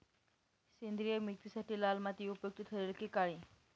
सेंद्रिय मेथीसाठी लाल माती उपयुक्त ठरेल कि काळी?